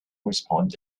responded